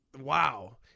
wow